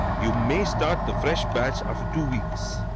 you may start the fresh batch after two weeks.